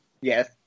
Yes